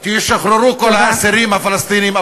ישוחררו כל האסירים הפלסטינים,